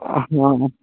হ্যাঁ